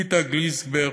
איטה גליקסברג,